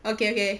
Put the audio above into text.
okay okay